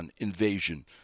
invasion